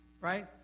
Right